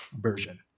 version